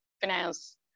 finance